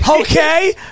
Okay